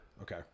Okay